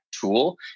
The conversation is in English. tool